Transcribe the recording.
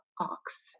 ox